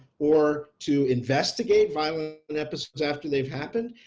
or to investigate violent and episodes after they've happened,